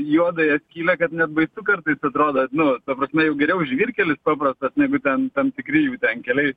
juodąją skylę kad net baisu kartais atrodo nu ta prasme jau geriau žvyrkelis paprastas negu ten tam tikri jų ten keliai